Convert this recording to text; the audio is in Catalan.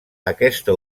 aquesta